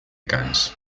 cannes